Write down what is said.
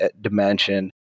dimension